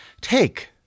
Take